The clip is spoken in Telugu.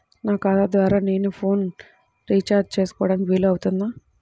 నా ఖాతా ద్వారా నేను ఫోన్ రీఛార్జ్ చేసుకోవడానికి వీలు అవుతుందా?